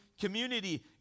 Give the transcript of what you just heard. community